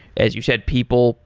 as you've said, people,